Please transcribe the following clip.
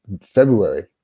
February